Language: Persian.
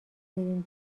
بریم